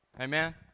Amen